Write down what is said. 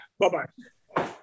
Bye-bye